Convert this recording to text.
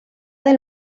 del